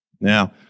Now